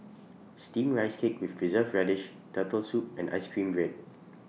Steamed Rice Cake with Preserved Radish Turtle Soup and Ice Cream Bread